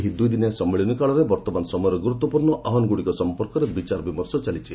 ଏହି ଦୁଇଦିନିଆ ସମ୍ମିଳନୀ କାଳରେ ବର୍ତ୍ତମାନ ସମୟର ଗୁରୁତ୍ୱପୂର୍ଣ୍ଣ ଆହ୍ୱାନଗୁଡ଼ିକ ସଂପର୍କରେ ବିଚାରବିମର୍ଶ ଚାଲିଛି